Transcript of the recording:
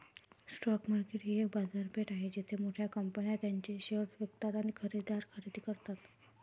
stock market ही एक बाजारपेठ आहे जिथे मोठ्या कंपन्या त्यांचे शेअर्स विकतात आणि खरेदीदार खरेदी करतात